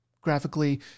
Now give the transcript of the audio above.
graphically